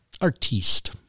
Artiste